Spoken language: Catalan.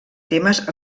temes